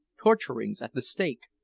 torturings at the stake,